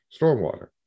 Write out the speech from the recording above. stormwater